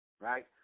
right